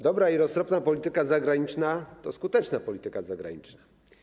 Dobra i roztropna polityka zagraniczna to skuteczna polityka zagraniczna.